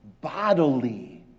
Bodily